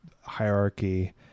hierarchy